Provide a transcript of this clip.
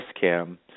CAM